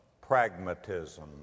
pragmatism